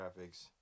graphics